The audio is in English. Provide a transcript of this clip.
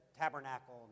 tabernacle